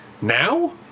Now